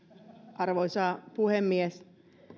arvoisa puhemies